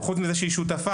חוץ מזה שהיא שותפה,